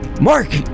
Mark